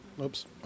Oops